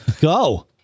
Go